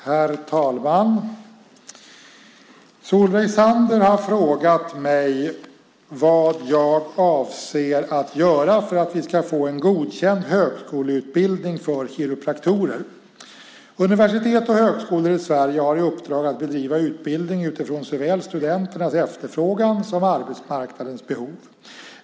Herr talman! Solveig Zander har frågat mig vad jag avser att göra för att vi ska få en godkänd högskoleutbildning för kiropraktorer. Universitet och högskolor i Sverige har i uppdrag att bedriva utbildning utifrån såväl studenternas efterfrågan som arbetsmarknadens behov.